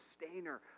sustainer